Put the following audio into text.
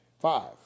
Five